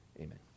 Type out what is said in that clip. Amen